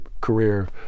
career